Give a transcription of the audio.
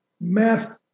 mask